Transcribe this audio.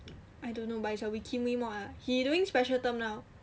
I don't know but it's a mod ah he doing special term now